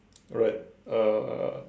alright uh